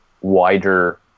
wider